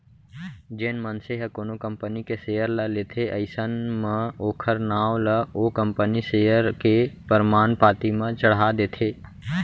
जेन मनसे ह कोनो कंपनी के सेयर ल लेथे अइसन म ओखर नांव ला ओ कंपनी सेयर के परमान पाती म चड़हा देथे